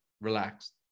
relaxed